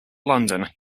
london